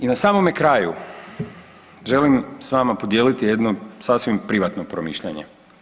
I na samome kraju želim s vama podijeliti jedno sasvim privatno promišljanje.